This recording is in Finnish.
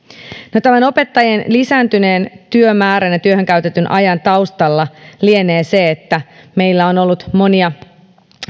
tämän opettajien lisääntyneen työmäärän ja työhön käytetyn ajan taustalla lienee se että meillä on ollut monia